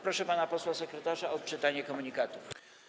Proszę pana posła sekretarza o odczytanie komunikatów.